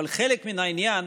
אבל חלק מן העניין,